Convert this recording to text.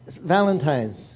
Valentines